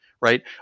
right